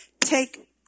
take